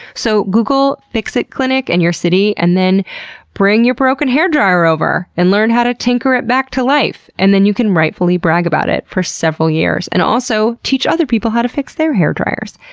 so google fixit clinic in your city and then bring your broken hair dryer over and learn how to tinker it back to life. and then you can rightfully brag about it for several years and also teach other people how to fix their hair dryers.